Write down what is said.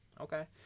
Okay